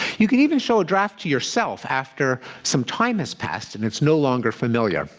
you can even show a draft to yourself after some time has passed, and it's no longer familiar.